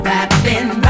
Rapping